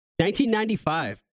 1995